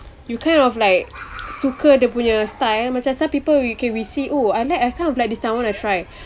you kind of like suka dia punya style macam some people you can we see oh I like I kind of like this style I want to try